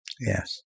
Yes